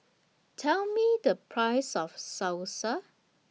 Tell Me The Price of Salsa